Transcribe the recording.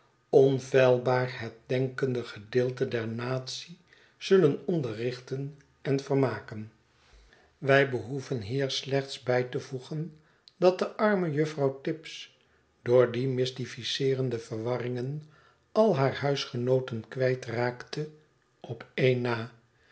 het denkende gedeeite der natie zullen onderrichten en vermaken wij behoeven hier slechts bij te voegen dat de arme juffrouw tibbs door die mystificeerende verwarringen al haar huisgenooten kwijt raakte op een na